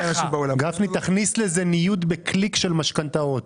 תכניס לזה ניוד בקליק של משכנתאות,